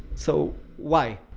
so why?